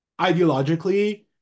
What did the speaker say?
ideologically